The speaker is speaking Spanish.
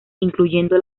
incluyendo